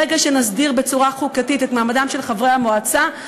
ברגע שנסדיר בצורה חוקתית את מעמדם של חברי המועצה,